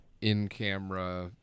in-camera